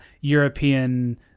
European